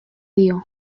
dio